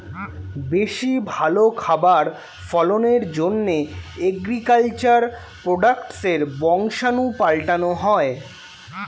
বেশি ভালো খাবার ফলনের জন্যে এগ্রিকালচার প্রোডাক্টসের বংশাণু পাল্টানো হয়